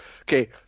okay